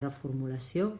reformulació